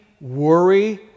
worry